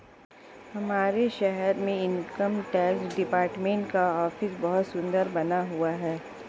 हमारे शहर में इनकम टैक्स डिपार्टमेंट का ऑफिस बहुत सुन्दर बना हुआ है